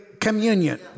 communion